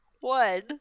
One